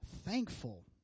thankful